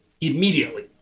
immediately